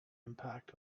impact